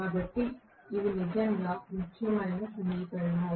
కాబట్టి ఇవి నిజంగా ముఖ్యమైన సమీకరణాలు